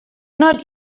not